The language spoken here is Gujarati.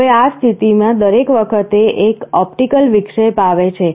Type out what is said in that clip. હવે આ સ્થિતિમાં દરેક વખતે એક ઓપ્ટિકલ વિક્ષેપ આવે છે